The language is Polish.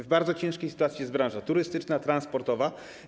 W bardzo ciężkiej sytuacji jest branża turystyczna, transportowa.